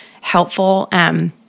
helpful—